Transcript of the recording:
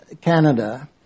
Canada